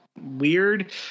weird